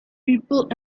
people